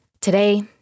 Today